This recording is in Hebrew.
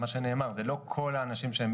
אני לא סופר אנשים.